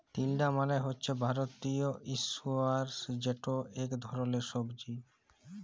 তিলডা মালে হছে ভারতীয় ইস্কয়াশ যেট ইক ধরলের সবজি